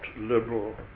liberal